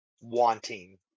wanting